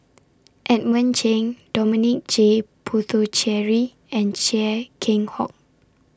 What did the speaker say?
Edmund Cheng Dominic J Puthucheary and Chia Keng Hock